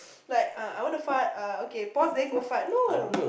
like uh I want to fart Uh) okay pause then go fart no